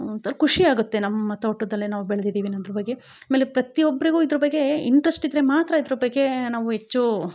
ಒಂಥರ ಖುಷಿಯಾಗತ್ತೆ ನಮ್ಮ ತೋಟದಲ್ಲೆ ನಾವು ಬೆಳೆದಿದೀವಿ ಅನ್ನೋದ್ರ ಬಗ್ಗೆ ಆಮೇಲೆ ಪ್ರತಿಯೊಬ್ಬರಿಗು ಇದ್ರ ಬಗ್ಗೇ ಇಂಟ್ರಸ್ಟ್ ಇದ್ರೆ ಮಾತ್ರ ಇದ್ರ ಬಗ್ಗೇ ನಾವು ಹೆಚ್ಚೂ